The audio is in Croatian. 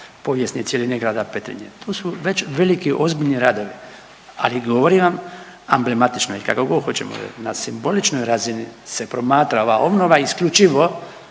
povijesne cjeline grada Petrinje. To su već veliki i ozbiljni radovi, ali govorim vam amblematično ili kako god hoćemo, na simboličnoj razini se promatra ova obnova isključivo